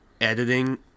editing